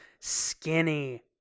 skinny